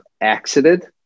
exited